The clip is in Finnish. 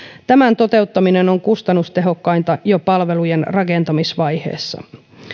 tämän toteuttaminen on kustannustehokkainta jo palvelujen rakentamisvaiheessa